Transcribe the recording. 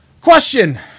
Question